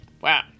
Wow